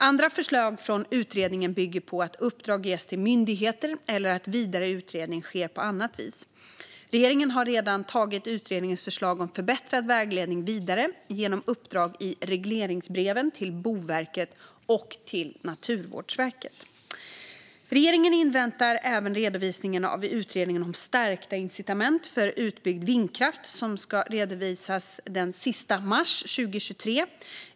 Andra förslag från utredningen bygger på att uppdrag ges till myndigheter eller att vidare utredning sker på annat vis. Regeringen har redan tagit utredningens förslag om förbättrad vägledning vidare genom uppdrag i regleringsbreven till Boverket och Naturvårdsverket. Regeringen inväntar även redovisningen av utredningen om stärkta incitament för utbyggd vindkraft som ska redovisas den 31 mars 2023.